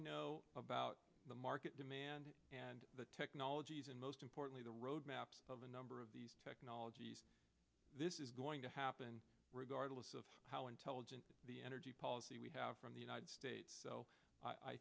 know about the market demand and the technologies and most importantly the roadmaps of a number of these technologies this is going to happen regardless of how intelligent the energy policy we have from the united states so i